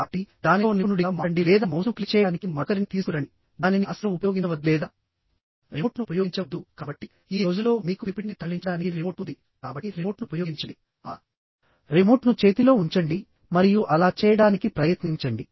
కాబట్టిదానిలో నిపుణుడిగా మారండి లేదా మౌస్ను క్లిక్ చేయడానికి మరొకరిని తీసుకురండిదానిని అస్సలు ఉపయోగించవద్దు లేదా రిమోట్ను ఉపయోగించవద్దు కాబట్టి ఈ రోజుల్లో మీకు పిపిటిని తరలించడానికి రిమోట్ ఉంది కాబట్టి రిమోట్ను ఉపయోగించండి ఆ రిమోట్ను చేతిలో ఉంచండి మరియు అలా చేయడానికి ప్రయత్నించండి